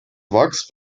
wachs